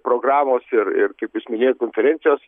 programos ir ir kaip jūs minėjot konferencijos